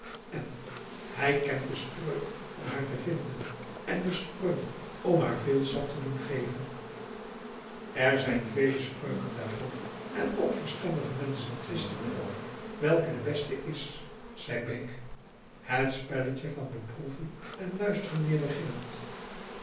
eh hij kent de spreuk om haar te vinden en de spreuk om haar veel sap te doen geven er zijn vele spreuken daarvoor en ook verstandige menschen twisten er over welke de beste is zei bake het spelletje van beproeven en luisteren weer beginnend